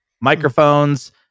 Microphones